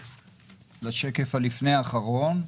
אנחנו עוברים לשקף לפני אחרון.